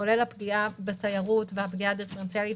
כולל הפגיעה בתיירות והפגיעה הדיפרנציאלית,